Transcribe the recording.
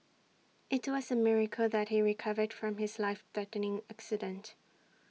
IT was A miracle that he recovered from his life threatening accident